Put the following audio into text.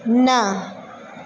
न